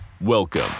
Welcome